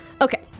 Okay